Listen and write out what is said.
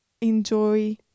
enjoy